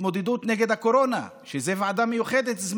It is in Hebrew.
להתמודדות עם הקורונה, שהיא ועדה זמנית מיוחדת.